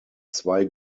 zwei